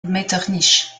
metternich